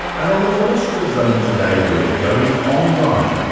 and on the philosopher's zone today we're going online,